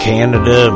Canada